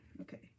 Okay